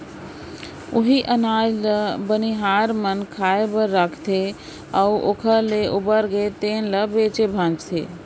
उहीं अनाज ल बनिहार मन खाए बर राखथे अउ ओखर ले उबरगे तेन ल बेचथे भांजथे